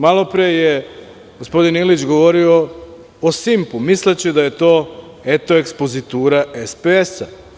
Malo pre je gospodin Ilić govorio o „Simpu“, misleći da je to, eto, ekspozitura SPS.